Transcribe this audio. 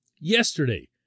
Yesterday